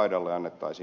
qaidalle annettaisiin vapaat kädet